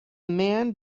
man